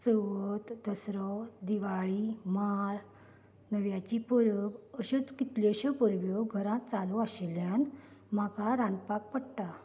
चवथ दसरो दिवाळी माळ नव्याची परब अश्योच कितल्योश्योच परबो घरांत चालू आशिल्ल्यान म्हाका रांदपाक पडटा